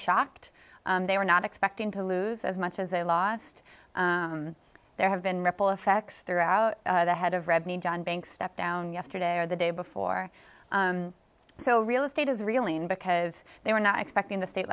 shocked they were not expecting to lose as much as they lost there have been ripple effects throughout the head of red meat john banks stepped down yesterday or the day before so real estate is really in because they were not expecting the state